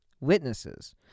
witnesses